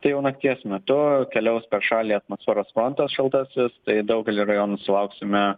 tai jau nakties metu keliaus per šalį atmosferos frontas šaltasis tai daugelyje rajonų sulauksime